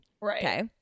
Right